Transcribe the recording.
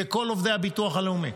וכל עובדי הביטוח הלאומי.